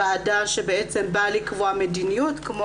ועדה שבעצם באה לקבוע מדיניות כמו